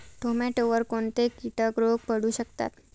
टोमॅटोवर कोणते किटक रोग पडू शकतात?